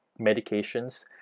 medications